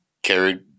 carried